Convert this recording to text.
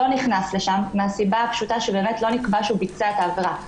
לא נכנס לשם מפני שלא נקבע שהוא ביצע את העבירה.